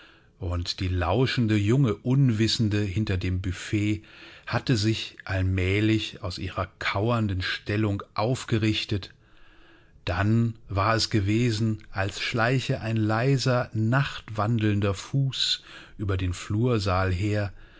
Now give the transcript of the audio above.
und die lauschende junge unwissende hinter dem büffett hatte sich allmählich aus ihrer kauernden stellung aufgerichtet dann war es gewesen als schleiche ein leiser nachtwandelnder fuß über den flursaal her